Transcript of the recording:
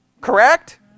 Correct